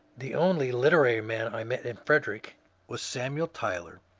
the only literary man i met in frederick was samuel tyler,